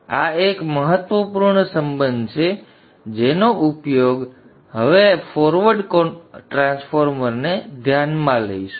હવે આ એક મહત્વપૂર્ણ સંબંધ છે જેનો ઉપયોગ આપણે હવે ફોરવર્ડ ટ્રાન્સફોર્મરને ધ્યાનમાં લઈશું